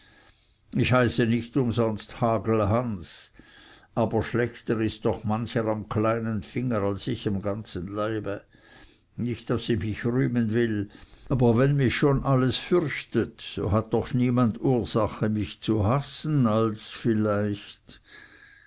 ich heiße nicht umsonst hagelhans aber schlechter ist doch mancher am kleinen finger als ich am ganzen leibe nicht daß ich mich rühmen will aber wenn mich schon alles fürchtet so hat doch niemand ursache mich zu hassen als vielleicht